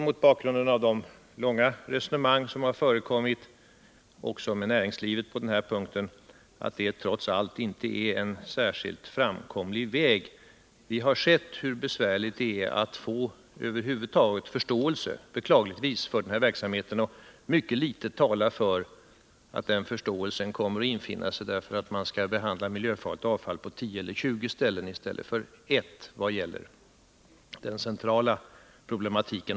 Mot bakgrund av de långa resonemang som har förekommit — och på den här punkten har också näringslivet deltagit — tror jag att det trots allt inte är någon särskilt framkomlig väg. Vi har sett hur besvärligt det är att över huvud taget vinna förståelse för den här verksamheten. Mycket litet talar för att förståelsen för den centrala problematiken kommer att infinna sig bara därför att man behandlar miljöfarligt avfall på tio eller tjugo ställen i stället för på ett.